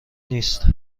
نیست